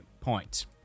point